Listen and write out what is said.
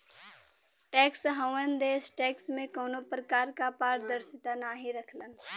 tax haven देश tax में कउनो प्रकार क पारदर्शिता नाहीं रखलन